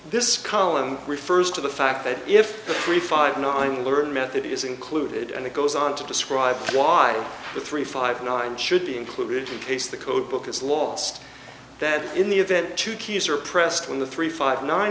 this column refers to the fact that if three five no i learn method is included and it goes on to describe why the three five nine should be included in case the code book is lost that in the event two keys are pressed when the three five nine